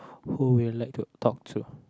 who would you like to talk to